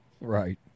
Right